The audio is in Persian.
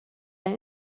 این